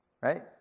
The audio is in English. right